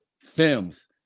films